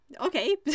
okay